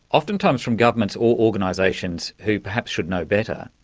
oftentimes from governments or organisations who perhaps should know better.